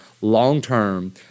long-term